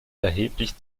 erheblich